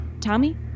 Tommy